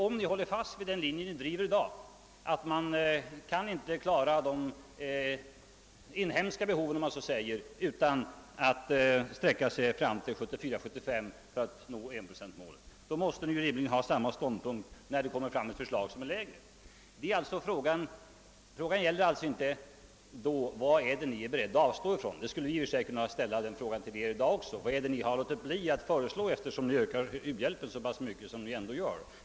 Om ni håller fast vid den linje ni driver i dag, att det inte går att klara de inhemska behoven utan att sträcka sig fram i tiden till 1974/75 för att kunna uppnå en procent i u-hjälp, då måste ni rimligen inta samma ståndpunkt när det framkommer ett bud som går längre. Frågan lyder alltså inte då: Vad är det som ni är beredda att avstå från? I och för sig skulle man givetvis kunna ställa frågan till er i dag också: Vad är det som ni har låtit bli att föreslå, eftersom ni ökar u-hjälpen så pass mycket som ni ändå gör?